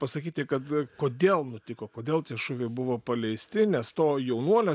pasakyti kad kodėl nutiko kodėl tie šūviai buvo paleisti nes to jaunuolio